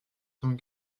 cent